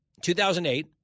2008